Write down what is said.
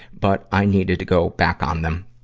but, i needed to go back on them,